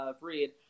read